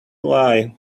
lie